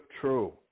true